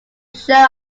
show